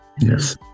Yes